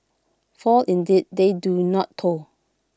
for indeed they do not toil